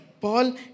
Paul